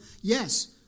yes